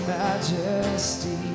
majesty